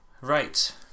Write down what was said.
Right